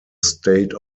state